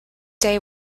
day